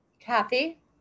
Kathy